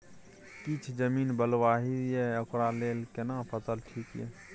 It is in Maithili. किछ जमीन बलुआही ये ओकरा लेल केना फसल ठीक ये?